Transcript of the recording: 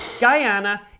Guyana